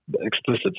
explicit